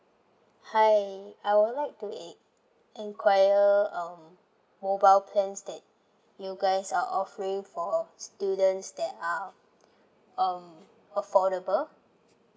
hi I would like to en~ enquire um mobile plans that you guys are offering for students that are um affordable